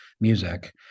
music